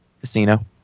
Casino